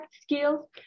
skills